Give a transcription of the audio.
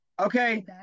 Okay